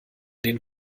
den